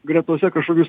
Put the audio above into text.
gretose kažkokius